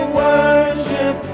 worship